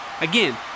Again